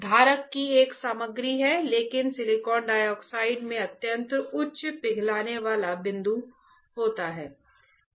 धारक की एक सामग्री है लेकिन सिलिकॉन डाइऑक्साइड में अत्यधिक उच्च पिघलने वाला बिंदु होता है